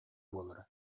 буолара